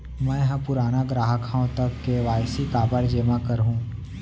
मैं ह पुराना ग्राहक हव त के.वाई.सी काबर जेमा करहुं?